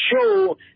show